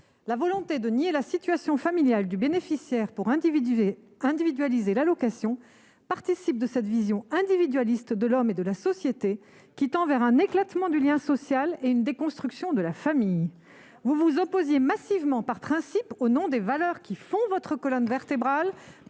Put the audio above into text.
la volonté de nier la situation familiale du bénéficiaire pour individualiser l'allocation participe de cette vision individualiste de l'homme et de la société qui tend vers un éclatement du lien social et une déconstruction de la famille ». Vous vous opposiez massivement, par principe, au nom des valeurs qui font la colonne vertébrale